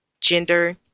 gender